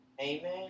Amen